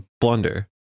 blunder